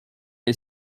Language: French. est